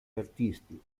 artisti